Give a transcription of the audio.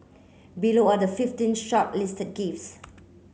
below are the fifteen shortlisted gifts